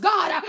God